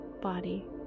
body